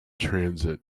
transit